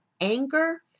anger